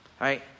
right